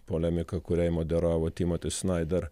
polemika kuriai moderavo timoti snaider